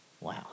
wow